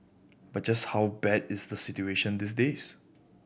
but just how bad is the situation these days